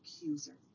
accuser